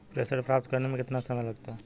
प्रेषण प्राप्त करने में कितना समय लगता है?